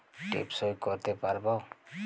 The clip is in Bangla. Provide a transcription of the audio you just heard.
টিপ সই করতে পারবো?